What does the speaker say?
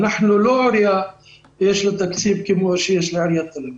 אנחנו לא עירייה שיש לה תקציב כפי שיש לעיריית תל אביב.